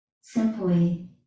simply